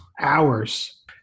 Hours